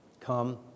come